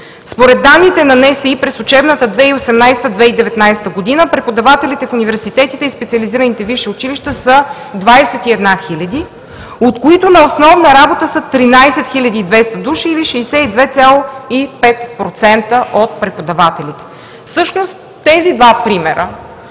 институт през учебната 2018 – 2019 г., преподавателите в университетите и специализираните висши училища са 21 хиляди, от които на основна работа са 13 200 души, или 62,5% от преподавателите. Всъщност тези два примера